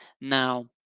Now